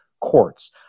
courts